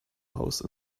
house